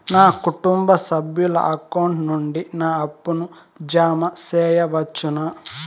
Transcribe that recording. నా కుటుంబ సభ్యుల అకౌంట్ నుండి నా అప్పును జామ సెయవచ్చునా?